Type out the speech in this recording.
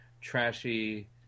trashy